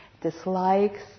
dislikes